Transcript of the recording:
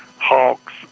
Hawks